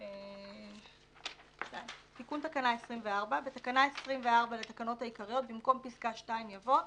אבל בוא תן לי קודם כול לאשר את התקנות האלה כפי שהן מובאות.